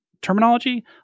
terminology